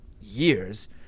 years –